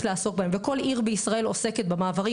לעסוק בהם וכל עיר בישראל עוסקת במעברים,